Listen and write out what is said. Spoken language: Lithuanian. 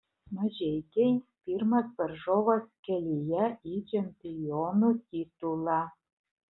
mažeikiai pirmas varžovas kelyje į čempionų titulą